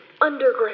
underground